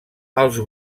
als